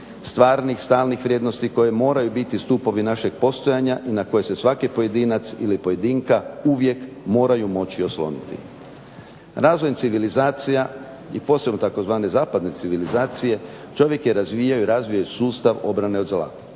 stalnih stvarnih vrijednost koje moraju biti stupovi našeg postojanja i na koji se svaki pojedinac ili pojedinka uvijek moraju moći osloniti. Razvojem civilizacija i posebno tzv. zapadne civilizacije čovjek je razvijao i razvio sustav obrane od zla,